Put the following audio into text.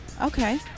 Okay